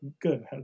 Good